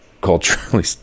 culturally